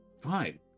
fine